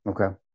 Okay